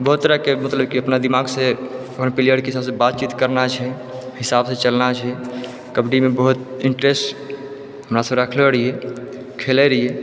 बहुत तरह के मतलब की अपना दिमाग से अपन प्लेयर के सबसँ बात चीत करना छै हिसाब सँ चलना छै कबड्डी मे बहुत इन्ट्रेस्ट हमरासब रखले रहियै खेलै रहियै